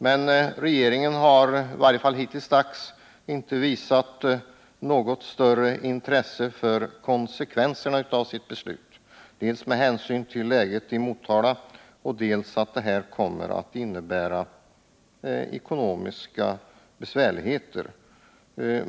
Men regeringen har i varje fall hittills inte visat något större intresse för konsekvenserna av sitt beslut med hänsyn till dels läget i Motala, dels ekonomiska besvärligheter.